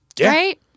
Right